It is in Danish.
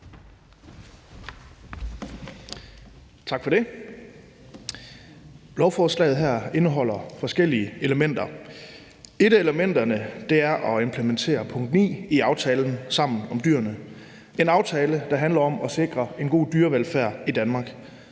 Tak for det. Lovforslaget her indeholder forskellige elementer. Et af elementerne er at implementere punkt 9 i aftalen »Sammen om dyrene«, en aftale, der handler om at sikre en god dyrevelfærd i Danmark.